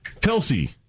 Kelsey